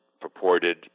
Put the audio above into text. purported